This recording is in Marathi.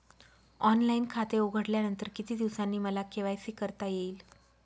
ऑनलाईन खाते उघडल्यानंतर किती दिवसांनी मला के.वाय.सी करता येईल?